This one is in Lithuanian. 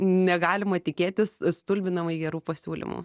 negalima tikėtis stulbinamai gerų pasiūlymų